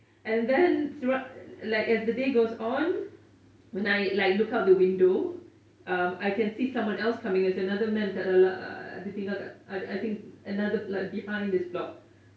and then as the day goes on when I like look out the window um I can see someone else coming there's another man kat dal~ dia tinggal kat I think like behind this block